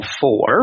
four